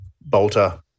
Bolter